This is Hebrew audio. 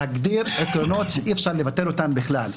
להגדיר עקרונות שאי אפשר לבטל אותם בכלל,